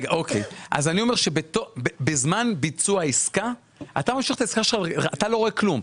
אני אומר שבזמן ביצוע העסקה אתה לא רואה כלום.